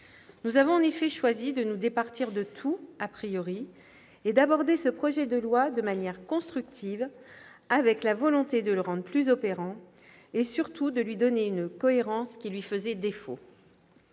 Nous avons en effet choisi de nous départir de tout et d'aborder ce projet de loi de manière constructive, avec la volonté de le rendre plus opérant et, surtout, de lui donner une cohérence qui lui faisait défaut.